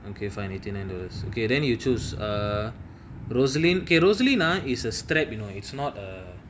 okay fine okay then you choose err rosaline okay rosaline ah is a strap you know it's not